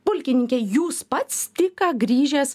pulkininke jūs pats tik ką grįžęs